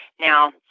Now